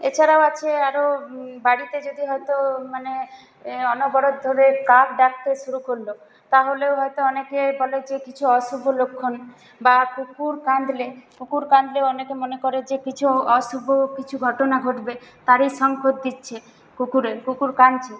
এছাড়াও আছে আরও বাড়িতে যদি হয়তো মানে অনবরত ধরে কাক ডাকতে শুরু করল তাহলেও হয়তো অনেকে বলে যে কিছু অশুভ লক্ষণ বা কুকুর কাঁদলে কুকুর কাঁদলেও অনেকে মনে করে যে কিছু অশুভ কিছু ঘটনা ঘটবে তারই সঙ্কেত দিচ্ছে কুকুরে কুকুর কাঁদছে